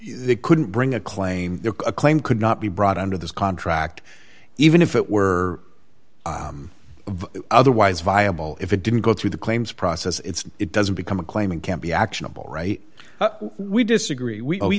you couldn't bring a claim a claim could not be brought under this contract even if it were otherwise viable if it didn't go through the claims process it's it doesn't become a claim it can't be actionable right we disagree we